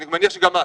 אני מניח שגם את.